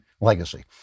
legacy